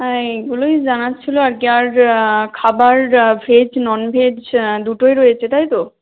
হ্যাঁ এইগুলোই জানার ছিল আর কি আর খাবার ভেজ নন ভেজ দুটোই রয়েছে তাই তো